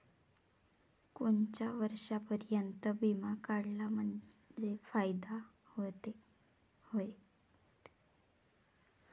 कोनच्या वर्षापर्यंत बिमा काढला म्हंजे फायदा व्हते?